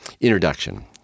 introduction